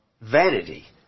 vanity